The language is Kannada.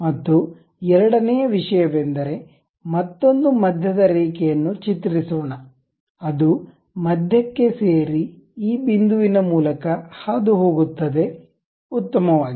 ಮತ್ತು ಎರಡನೆಯ ವಿಷಯವೆಂದರೆ ಮತ್ತೊಂದು ಮಧ್ಯದ ರೇಖೆಯನ್ನು ಚಿತ್ರಿಸೋಣ ಅದು ಮಧ್ಯಕ್ಕೆ ಸೇರಿ ಈ ಬಿಂದುವಿನ ಮೂಲಕ ಹಾದುಹೋಗುತ್ತದೆ ಉತ್ತಮವಾಗಿದೆ